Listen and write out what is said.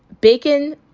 Bacon